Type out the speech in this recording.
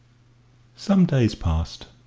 some days passed,